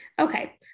Okay